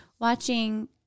watching